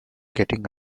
getting